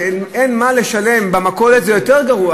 שאם אין מה לשלם במכולת זה יותר גרוע